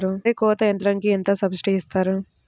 వరి కోత యంత్రంకి ఎంత సబ్సిడీ ఇస్తారు?